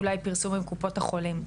אולי פרסום עם קופות החולים,